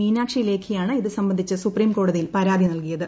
മീനാക്ഷി ലേഖിയാണ് ഇത് സംബൃസ്ടിച്ച് സുപ്രീംകോടതിയിൽ പരാതി നൽകിയത്